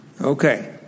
Okay